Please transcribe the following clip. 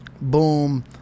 boom